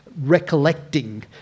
recollecting